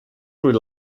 rely